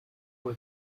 for